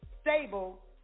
Stable